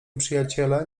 przyjaciele